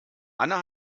anna